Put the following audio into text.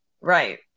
Right